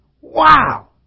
Wow